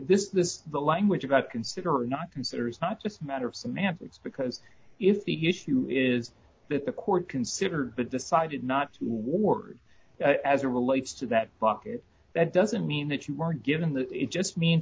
this is this the language about consider or not consider is not just a matter of semantics because if the use you is that the court considered but decided not to worry as it relates to that bucket that doesn't mean that you were given that it just means